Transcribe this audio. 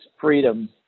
freedom